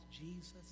Jesus